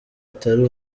atari